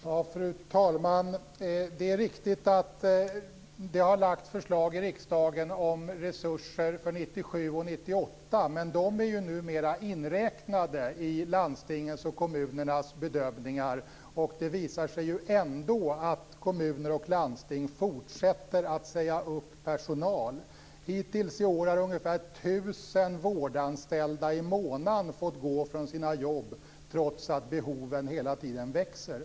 Fru talman! Det är riktigt att det har lagts fram förslag i riksdagen om resurser för 1997 och 1998, men de är ju numera inräknade i landstingens och kommunernas bedömningar, och det visar sig ju ändå att kommuner och landsting fortsätter att säga upp personal. Hittills i år har ungefär 1 000 vårdanställda i månaden fått gå från sina jobb, trots att behoven hela tiden växer.